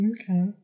Okay